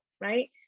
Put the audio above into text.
right